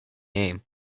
name